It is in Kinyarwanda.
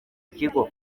kigo